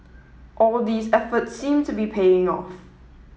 all these efforts seem to be paying off